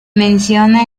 menciona